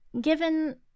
given